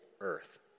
earth